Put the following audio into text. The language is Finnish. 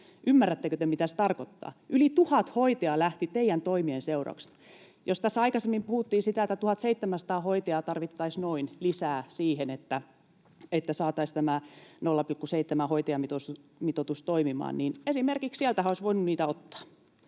Ymmärrättekö te, mitä se tarkoittaa? Yli tuhat hoitajaa lähti teidän toimienne seurauksena. Jos tässä aikaisemmin puhuttiin siitä, että noin 1 700 hoitajaa tarvittaisiin lisää siihen, että saataisiin tämä 0,7-hoitajamitoitus toimimaan, niin esimerkiksi sieltähän olisi voinut niitä ottaa.